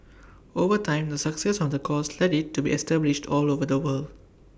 over time the success of the course led IT to be established all over the world